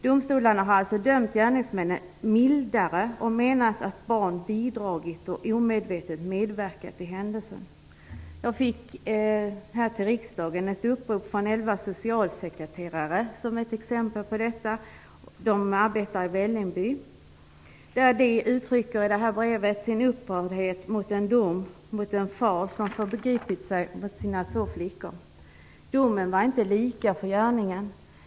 Domstolarna har alltså dömt gärningsmännen mildare och menat att barn bidragit och omedvetet medverkat till händelser. Jag fick till riksdagen ett upprop från elva socialsekreterare som arbetar i Vällingby. De uttrycker i brevet sin upprördhet över en dom mot en far som föregripit sig mot sina två flickor. Domarna för gärningarna var inte lika.